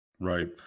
Right